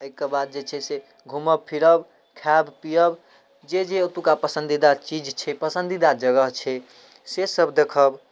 अइके बाद जे छै से घुमब फिरब खायब पियब जे जे ओतुका पसन्दीदा चीज छै पसन्दीदा जगह छै से सब देखब